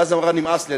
ואז היא אמרה: נמאס לי,